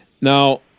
Now